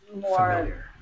more